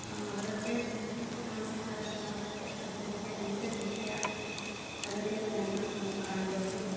ಅವರದ್ದೇ ಸಂಸ್ಕಾರದ ಅವರದ್ದೇ ಪದ್ದತಿಯ ವಿವಿಧ ರೀತಿಯ ಅಡುಗೆಗಳನ್ನು ನಾವು ಕಾಣ್ಬೌದು